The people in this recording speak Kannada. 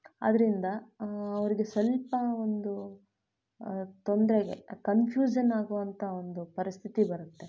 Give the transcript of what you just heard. ಆದ್ದರಿಂದ ಅವ್ರಿಗೆ ಸ್ವಲ್ಪ ಒಂದು ತೊಂದರೆಗೆ ಕನ್ಫ್ಯೂಝನ್ ಆಗುವಂಥ ಒಂದು ಪರಿಸ್ಥಿತಿ ಬರುತ್ತೆ